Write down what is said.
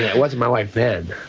wasn't my wife then.